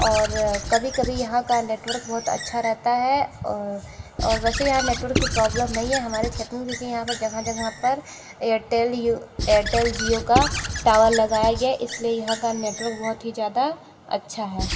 और कभी कभी यहाँ का नेटवर्क बहुत अच्छा रहता है और वैसे यहाँ नेटवर्क ही प्रॉबलम नहीं है हमारे क्षेत्र में क्योंकि यहाँ पर जगह जगह पर एयरटेल जिओ का टावर लगाया गया है इसलिए यहाँ का नेटवर्क बहुत ही ज़्यादा अच्छा है